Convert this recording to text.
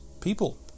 people